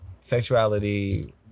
sexuality